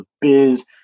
biz